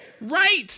Right